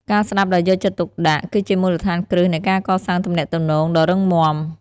ការស្តាប់ដោយយកចិត្តទុកដាក់គឺជាមូលដ្ឋានគ្រឹះនៃការកសាងទំនាក់ទំនងដ៏រឹងមាំ។